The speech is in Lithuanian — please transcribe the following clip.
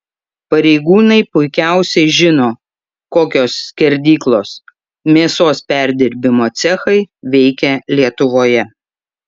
pareigūnai puikiausiai žino kokios skerdyklos mėsos perdirbimo cechai veikia lietuvoje